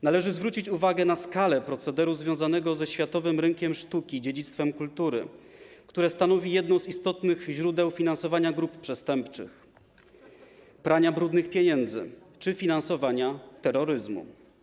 Należy zwrócić uwagę na skalę procederu związanego ze światowym rynkiem sztuki, dziedzictwem kultury, który stanowi jedno z istotnych źródeł finansowania grup przestępczych, prania brudnych pieniędzy czy finansowania terroryzmu.